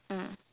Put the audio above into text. mm